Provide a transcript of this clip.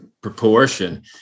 proportion